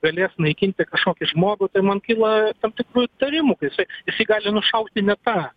galės naikinti kažkokį žmogų tai man kyla tam tikrų įtarimų kai jisai jisai gali nušauti ne tą